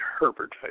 Herbert